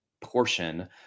portion